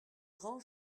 grand